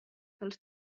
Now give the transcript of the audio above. dels